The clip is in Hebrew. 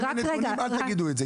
אם אין נתונים אל תגידו את זה.